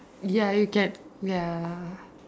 ya you get ya